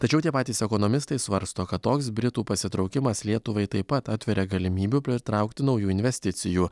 tačiau tie patys ekonomistai svarsto kad toks britų pasitraukimas lietuvai taip pat atveria galimybių pritraukti naujų investicijų